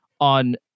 on